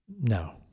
no